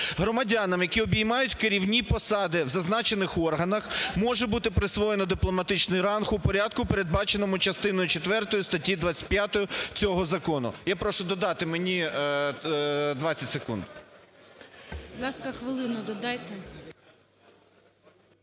Громадянам, які обіймають керівні посади в зазначених органах, може бути присвоєно дипломатичний ранг у порядку, передбаченому частиною четвертою статті 25 цього закону. Я прошу додати мені 20 секунд.